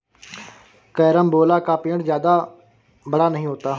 carambola का पेड़ जादा बड़ा नहीं होता